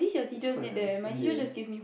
that's quite nice then they